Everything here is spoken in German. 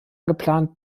geplant